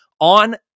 on